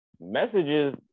messages